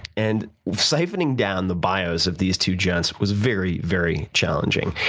and siphoning down the bios of these two gents was very, very challenging.